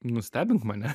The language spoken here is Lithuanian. nustebink mane